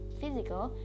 physical